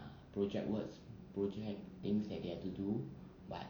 project words project things that you have to do but